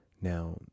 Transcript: Now